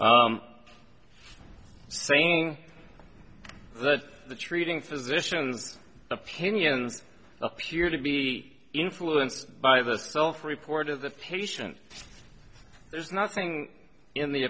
saying that the treating physicians opinion appear to be influenced by the self report of the patient there's nothing in the